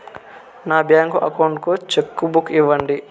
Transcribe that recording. నా bank account కు cheque book ఇవ్వండి